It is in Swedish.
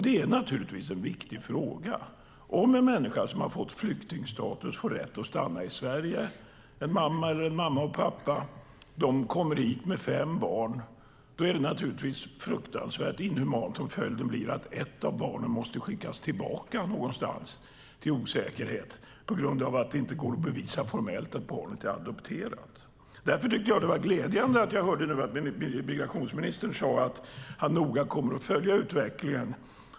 Det är naturligtvis en viktig fråga om en människa som har fått flyktingstatus får rätt att stanna i Sverige. Det kan vara en mamma eller en mamma och en pappa som kommer hit med fem barn. Då är det naturligtvis fruktansvärt inhumant om följden blir att ett av barnen måste skickas tillbaka någonstans till osäkerhet på grund av att det inte går att bevisa formellt att barnet är adopterat. Därför tycker jag att det var glädjande att nu höra migrationsministern säga att han noga kommer att följa utvecklingen.